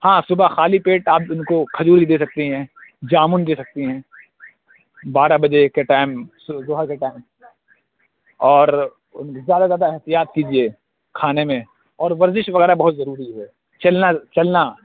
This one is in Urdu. ہاں صُبح خالی پیٹ آپ اِن کو کھجور بھی دے سکتے ہیں جامن دے سکتے ہیں بارہ بجے کے ٹائم ظہر کے ٹائم اور زیادہ سے زیادہ احتیاط کیجیے کھانے میں اور ورزش وغیرہ بہت ضروری ہے چلنا چلنا